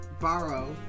borrow